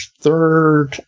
third